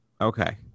okay